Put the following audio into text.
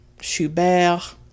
Schubert